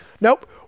Nope